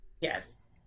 Yes